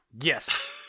yes